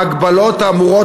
ההגבלות האמורות,